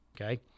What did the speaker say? Okay